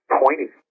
pointy